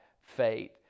faith